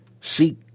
seek